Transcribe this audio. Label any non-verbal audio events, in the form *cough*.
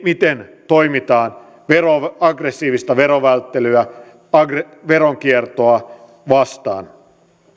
*unintelligible* miten toimitaan aggressiivista verovälttelyä veronkiertoa vastaan